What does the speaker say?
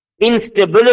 instability